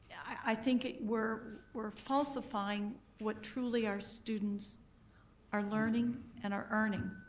i think we're we're falsifying what truly our students are learning and are earning.